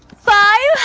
fight